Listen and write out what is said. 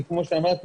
כי כמו שאמרתי,